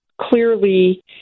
clearly